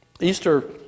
Easter